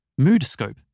Moodscope